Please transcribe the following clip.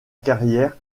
carrière